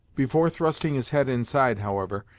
before trusting his head inside, however,